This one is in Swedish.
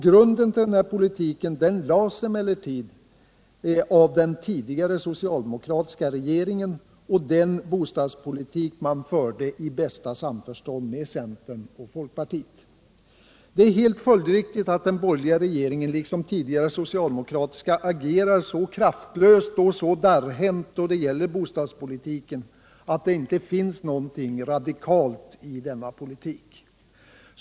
Grunden t:ll denna politik lades emellertid av den tidigare socialdemokratiska regeringen och den bostadspolitik man förde i bästa samförstånd med centern och folkpartiet. Det är helt följdriktigt att den borgerliga regeringen liksom den tidigare socialdemokratiska agerar så kraftlöst och så darrhänt då det gäller bostadspolitiken att det inte finns något radikalt i denna politik.